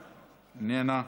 איננה,